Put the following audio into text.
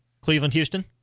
Cleveland-Houston